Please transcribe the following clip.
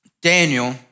Daniel